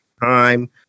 time